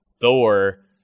Thor